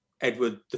Edward